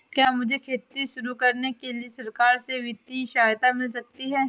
क्या मुझे खेती शुरू करने के लिए सरकार से वित्तीय सहायता मिल सकती है?